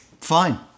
Fine